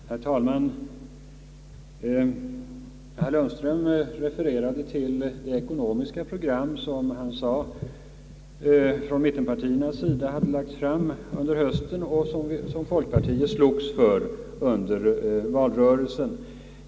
Herr talman! Herr Lundström refererade till det ekonomiska program som mittenpartierna lagt fram under hösten och som folkpartiet slogs för under valrörelsen.